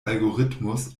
algorithmus